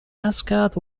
ascot